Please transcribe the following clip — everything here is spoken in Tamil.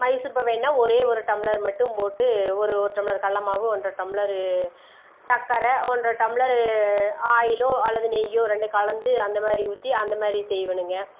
மைசூர் பாக் வேணுணா ஒரே ஒரு டம்ளர் மட்டும் போட்டு ஒரு ஒரு டம்ளர் கடலமாவு ஒன்றரை டம்ளர் சக்கரை ஒன்றரை டம்ளர் ஆயிலோ அல்லது நெய்யோ ரெண்டும் கலந்து அந்தமாதிரி ஊற்றி அந்தமாதிரி செய்வேனுங்க